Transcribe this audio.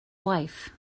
wife